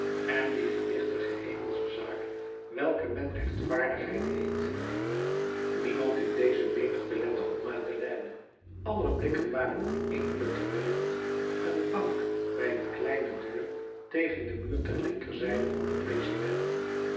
en die gewichtige hemelsche zaak welke men rechtvaardigheid heet niemand in deze menigte lette op madeleine aller blikken waren op één punt gericht een bank bij een kleine deur tegen den muur ter linkerzijde van den president